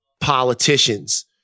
politicians